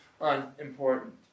unimportant